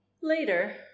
Later